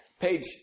page